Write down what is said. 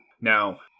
Now